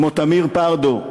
כמו תמיר פרדו,